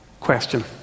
Question